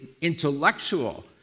intellectual